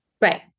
Right